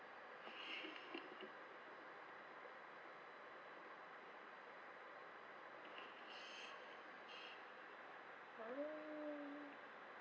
ah